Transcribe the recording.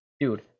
dude